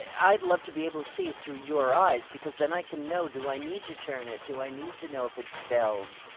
i'd love to be able to see it through your eyes, because then i can know if i need to turn it? do i need to know if it's belled?